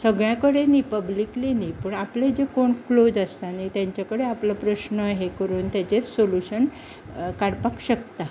सगळ्यां कडेन पब्लिकली न्ही पण आपले जे कोण क्लोज आसता न्ही तांचे कडेन आपलो प्रश्न हें करून ताचेर सोल्यूशन काडपाक शकता